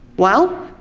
well,